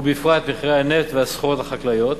ובפרט מחיר הנפט והסחורות החקלאיות.